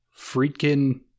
Freakin